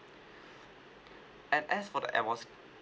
and as for the air miles